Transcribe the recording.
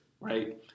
right